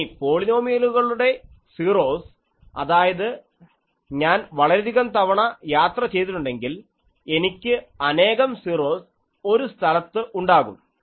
ഇനി പോളിനോമിയലുകളുടെ സീറോസ് അതായത് ഞാൻ വളരെയധികം തവണ യാത്ര ചെയ്തിട്ടുണ്ടെങ്കിൽ എനിക്ക് അനേകം സീറോസ് ഒരു സ്ഥലത്ത് ഉണ്ടാകും